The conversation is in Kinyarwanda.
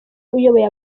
uyoboye